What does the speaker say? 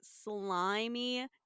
slimy